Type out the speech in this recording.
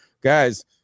guys